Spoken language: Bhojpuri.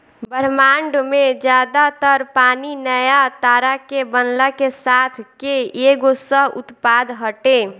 ब्रह्माण्ड में ज्यादा तर पानी नया तारा के बनला के साथ के एगो सह उत्पाद हटे